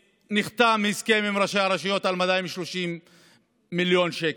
שנחתם הסכם עם ראשי הרשויות על 230 מיליון שקל.